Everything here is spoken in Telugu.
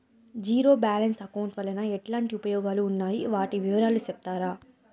జీరో బ్యాలెన్స్ అకౌంట్ వలన ఎట్లాంటి ఉపయోగాలు ఉన్నాయి? వాటి వివరాలు సెప్తారా?